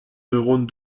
neurones